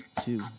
two